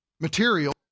material